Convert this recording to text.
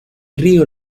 río